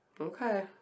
Okay